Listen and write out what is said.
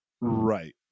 right